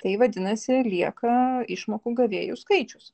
tai vadinasi lieka išmokų gavėjų skaičius